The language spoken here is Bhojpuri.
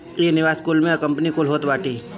इ निवेशक कुल में कंपनी कुल होत बाटी